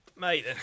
Mate